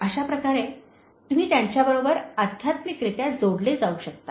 अशाप्रकारे तुम्ही त्यांच्याबरोबर आध्यात्मिकरित्या जोडले जाऊ शकता